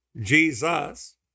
Jesus